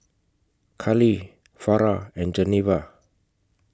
Karlee Farrah and Geneva